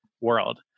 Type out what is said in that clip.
world